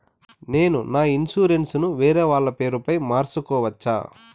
నేను నా ఇన్సూరెన్సు ను వేరేవాళ్ల పేరుపై మార్సుకోవచ్చా?